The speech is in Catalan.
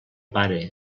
pare